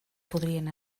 podrien